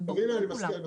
זה ברור לכולם.